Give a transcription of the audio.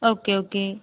okay okay